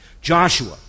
Joshua